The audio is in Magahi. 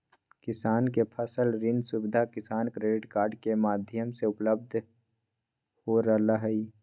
किसान के फसल ऋण सुविधा किसान क्रेडिट कार्ड के माध्यम से उपलब्ध हो रहल हई